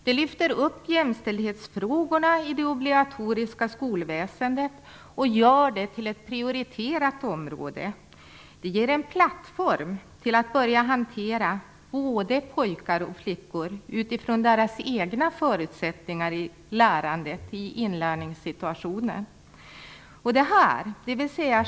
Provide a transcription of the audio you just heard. Det lyfter upp jämställdhetsfrågorna i det obligatoriska skolväsendet och gör dem till ett prioriterat område. Det ger en plattform till att börja hantera både pojkar och flickor utifrån deras egna förutsättningar i inlärningssituationen.